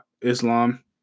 Islam